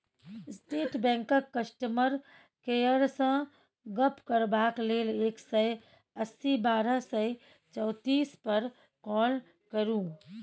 state बैंकक customer केयरसँ गप्प करबाक लेल एक सय अस्सी बारह सय चौतीस पर काँल करु